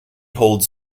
holds